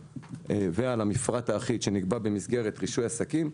ועל המפרט האחיד שנקבע במסגרת רישוי עסקים.